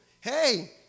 Hey